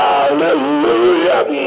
Hallelujah